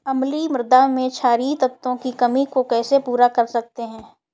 अम्लीय मृदा में क्षारीए तत्वों की कमी को कैसे पूरा कर सकते हैं?